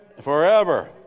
forever